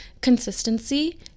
consistency